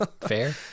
fair